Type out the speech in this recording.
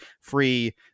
free